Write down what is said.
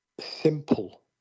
simple